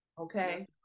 okay